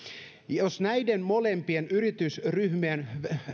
jos näiden molempien yritysryhmien